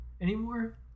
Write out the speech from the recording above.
anymore